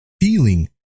feeling